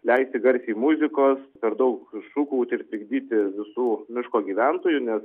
leisti garsiai muzikos per daug šūkauti ir trikdyti visų miško gyventojų nes